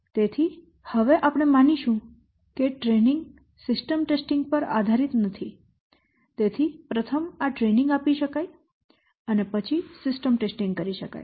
તેથી હવે આપણે માનીશું કે ટ્રેનિંગ સિસ્ટમ ટેસ્ટિંગ પર આધારિત નથી તેથી પ્રથમ આ ટ્રેનિંગ આપી શકાય અને પછી સિસ્ટમ ટેસ્ટિંગ કરી શકાય